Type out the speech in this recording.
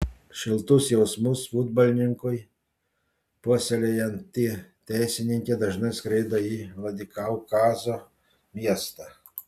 šiltus jausmus futbolininkui puoselėjanti teisininkė dažnai skraido į vladikaukazo miestą